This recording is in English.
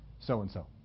so-and-so